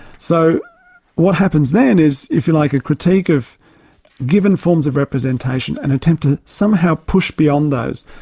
so what happens then is, if you like a critique of given forms of representation, an attempt to somehow push beyond those.